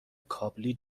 کابلی